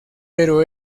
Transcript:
pero